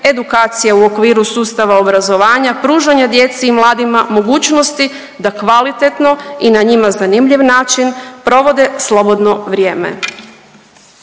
edukacije u okviru sustava obrazovanja, pružanja djeci i mladima mogućnosti da kvalitetno i na njima zanimljiv način provode slobodno vrijeme.